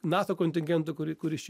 nato kontingento kuri kuris čia